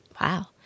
Wow